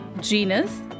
genus